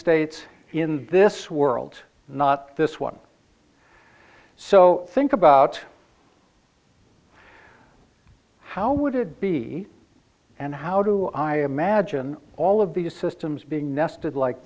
states in this world not this one so think about how would it be and how do i imagine all of these systems being nested like